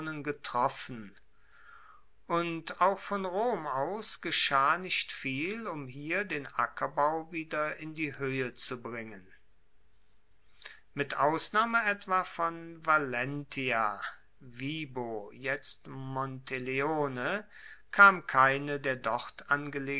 getroffen und auch von rom aus geschah nicht viel um hier den ackerbau wieder in die hoehe zu bringen mit ausnahme etwa von valentia vibo jetzt monteleone kam keine der dort